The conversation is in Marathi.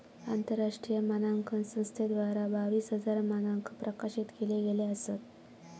आंतरराष्ट्रीय मानांकन संस्थेद्वारा बावीस हजार मानंक प्रकाशित केले गेले असत